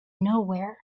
nowhere